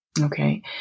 okay